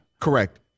Correct